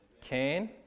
Cain